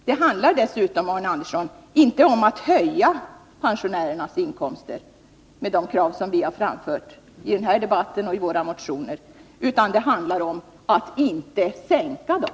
Dessutom, Arne Andersson, handlar det inte om att höja pensionerna med de krav som vi har framfört i den här debatten och i våra motioner, utan det handlar om att inte sänka dem.